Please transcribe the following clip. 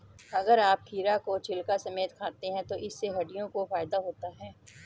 अगर आप खीरा को छिलका समेत खाते हैं तो इससे हड्डियों को फायदा होता है